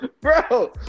Bro